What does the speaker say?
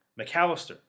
McAllister